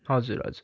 हजुर हजुर